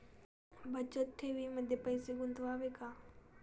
बचत ठेवीमध्ये पैसे गुंतवावे का?